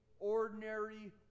ordinary